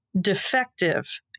defective